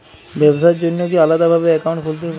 ব্যাবসার জন্য কি আলাদা ভাবে অ্যাকাউন্ট খুলতে হবে?